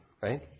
right